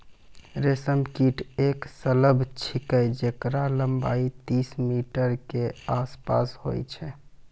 रेशम कीट एक सलभ छिकै जेकरो लम्बाई तीस मीटर के आसपास होय छै